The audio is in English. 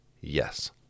Yes